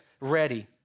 ready